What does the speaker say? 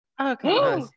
okay